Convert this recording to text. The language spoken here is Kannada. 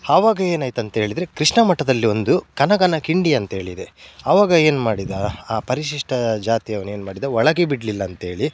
ಆವಾಗ ಏನಾಯ್ತು ಅಂತೇಳಿದರೆ ಕೃಷ್ಣ ಮಠದಲ್ಲಿ ಒಂದು ಕನಕನ ಕಿಂಡಿ ಅಂತೇಳಿದೆ ಅವಾಗ ಏನು ಮಾಡಿದ ಆ ಪರಿಶಿಷ್ಟ ಜಾತಿಯವ್ನು ಏನು ಮಾಡಿದ ಒಳಗೆ ಬಿಡ್ಲಿಲ್ಲ ಅಂತೇಳಿ